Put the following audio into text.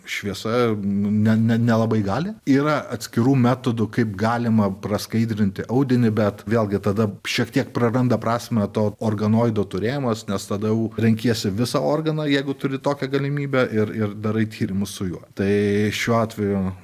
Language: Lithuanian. šviesa nu ne ne nelabai gali yra atskirų metodų kaip galima praskaidrinti audinį bet vėlgi tada šiek tiek praranda prasmę to organoidų turėjimas nes tada jau renkiesi visą organą jeigu turi tokią galimybę ir ir darai tyrimus su juo tai šiuo atveju